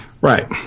Right